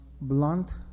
blunt